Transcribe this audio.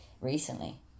recently